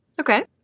Okay